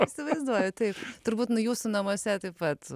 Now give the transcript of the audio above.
įsivaizduoju taip turbūt nu jūsų namuose taip pat